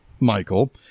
michael